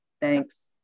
thanks